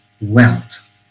wealth